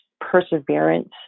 perseverance